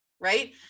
right